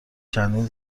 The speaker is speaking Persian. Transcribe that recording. چندین